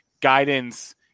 Guidance